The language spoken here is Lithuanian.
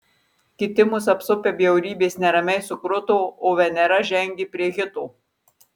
kiti mus apsupę bjaurybės neramiai sukruto o venera žengė prie hito